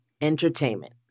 entertainment